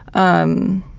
um,